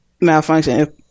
malfunction